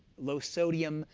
low sodium,